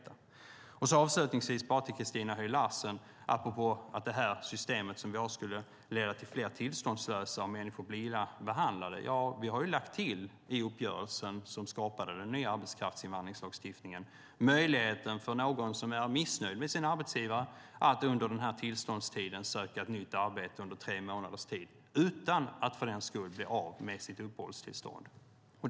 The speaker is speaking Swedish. Till Christina Höj Larsen vill jag säga, apropå att det här systemet skulle leda till fler tillståndslösa och till att människor blir illa behandlade, att vi i uppgörelsen som skapade den nya arbetskraftsinvandringslagstiftningen har lagt till möjligheten för någon som är missnöjd med sin arbetsgivare att under tillståndstiden söka nytt arbete under tre månader utan att bli av med sitt uppehållstillstånd.